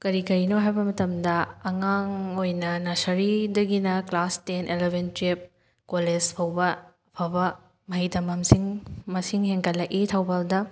ꯀꯔꯤ ꯀꯔꯤꯅꯣ ꯍꯥꯏꯕ ꯃꯇꯝꯗ ꯑꯉꯥꯡ ꯑꯣꯏꯅ ꯅꯁꯔꯤꯗꯒꯤꯅ class ten eleven twelve college ꯐꯥꯎꯕ ꯑꯐꯕ ꯃꯍꯩ ꯇꯝꯐꯝꯁꯤꯡ ꯃꯁꯤꯡ ꯍꯦꯟꯒꯠꯂꯛꯏ ꯊꯧꯕꯥꯜꯗ